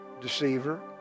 Deceiver